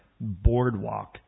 boardwalk